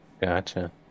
Gotcha